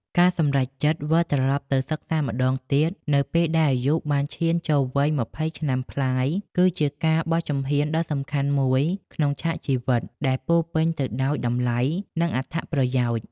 ការសម្រេចចិត្តវិលត្រឡប់ទៅសិក្សាម្តងទៀត នៅពេលដែលអាយុបានឈានចូលវ័យ ២០ ឆ្នាំប្លាយ គឺជាការបោះជំហានដ៏សំខាន់មួយក្នុងឆាកជីវិត ដែលពោរពេញទៅដោយតម្លៃ និងអត្ថប្រយោជន៍។